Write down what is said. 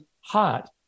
hot